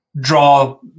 draw